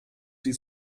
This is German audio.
die